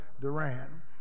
Duran